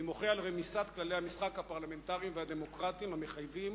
אני מוחה על רמיסת כללי המשחק הפרלמנטריים והדמוקרטיים המחייבים